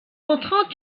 rentrant